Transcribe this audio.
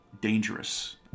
dangerous